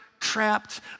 trapped